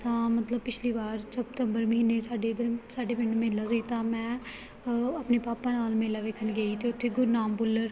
ਤਾਂ ਮਤਲਬ ਪਿਛਲੀ ਵਾਰ ਸਪਤੰਬਰ ਮਹੀਨੇ ਸਾਡੇ ਇੱਧਰ ਸਾਡੇ ਪਿੰਡ ਮੇਲਾ ਸੀ ਤਾਂ ਮੈਂ ਆਪਣੇ ਪਾਪਾ ਨਾਲ ਮੇਲਾ ਵੇਖਣ ਗਈ ਅਤੇ ਉੱਥੇ ਗੁਰਨਾਮ ਭੁੱਲਰ